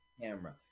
camera